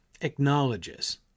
acknowledges